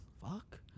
Fuck